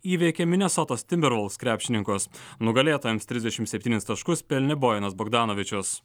įveikė minesotos timbervols krepšininkus nugalėtojams trisdešim septynis taškus pelnė bojanas bogdanovičius